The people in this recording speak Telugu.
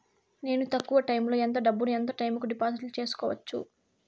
నేను తక్కువ టైములో ఎంత డబ్బును ఎంత టైము కు డిపాజిట్లు సేసుకోవచ్చు?